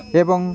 ଏବଂ